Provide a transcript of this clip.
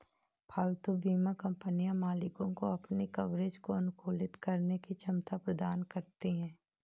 पालतू बीमा कंपनियां मालिकों को अपने कवरेज को अनुकूलित करने की क्षमता प्रदान करती हैं